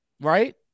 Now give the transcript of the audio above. right